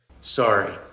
sorry